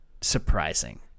surprising